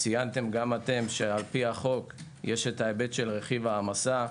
ציינתם גם אתם שלפי החוק יש ההיבט של רכיב העמסה.